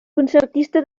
concertista